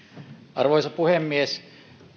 arvoisa puhemies